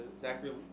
Zachary